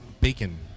Bacon